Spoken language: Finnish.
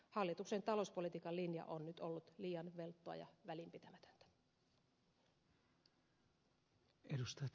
hallituksen talouspolitiikan linja on nyt ollut liian velttoa ja välinpitämätöntä